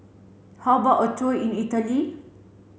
how about a tour in Italy